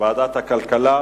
ועדת הכלכלה,